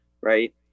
right